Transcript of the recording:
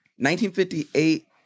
1958